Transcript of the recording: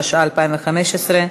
התשע"ה 2015,